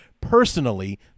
personally